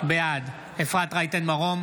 בעד אפרת רייטן מרום,